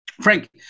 Frank